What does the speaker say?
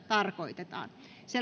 tarkoitetaan